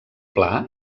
pla